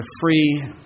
free